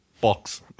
box